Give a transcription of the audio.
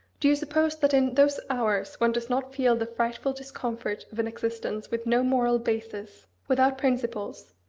do you suppose that in those hours one does not feel the frightful discomfort of an existence with no moral basis, without principles,